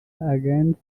against